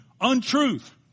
untruth